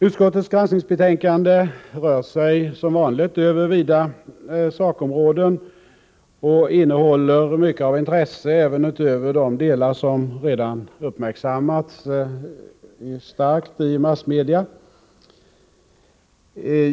Utskottets granskningsbetänkande rör sig, som vanligt, över vida sakområden och innehåller mycket av intresse, även utöver de avsnitt som redan starkt uppmärksammats i massmedia.